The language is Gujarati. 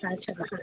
હા ચાલો હા